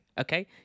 okay